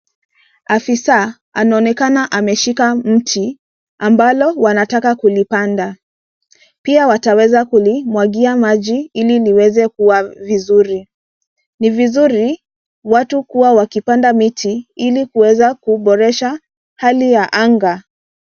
Afisa anaonekana ameshika mti ambalo wanataka kulipanda. Pia wataweza kulimwagia maji ili liweze kukua vizuri. Ni vizuri watu kuwa wakipanda miti ili kuweza kuboresha hali ya anga.